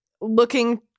looking